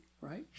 right